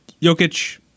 Jokic